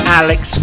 alex